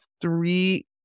three